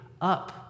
up